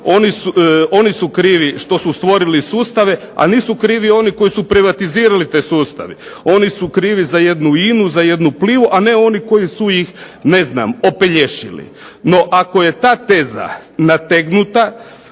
sustave a nisu stvorili sustave, a nisu krivi oni koji su privatizirali te sustave. Oni su krivi za jednu INA-u, za jednu Plivu, a ne oni koji su ih ne znam opelješili. No, ako je ta teza nategnuta